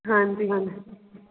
ਹਾਂਜੀ ਹਾਂਜੀ